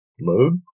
load